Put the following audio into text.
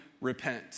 repent